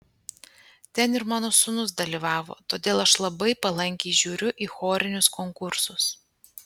ten ir mano sūnus dalyvavo todėl aš labai palankiai žiūriu į chorinius konkursus